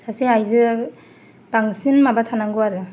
सासे आयजो बांसिन माबा थानांगौ आरो